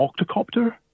octocopter